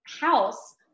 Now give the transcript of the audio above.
house